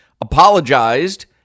apologized